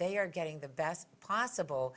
they are getting the best possible